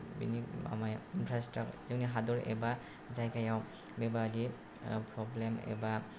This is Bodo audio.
बेनि माबायाव फार्स्तआव जाबाय जोंनि हादर एबा जायगायाव बेबादि प्रब्लेम एबा